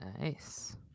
Nice